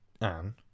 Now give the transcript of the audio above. Anne